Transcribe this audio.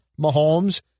Mahomes